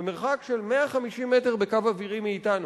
במרחק של 150 מטר בקו אווירי מאתנו,